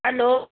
hello